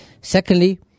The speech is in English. Secondly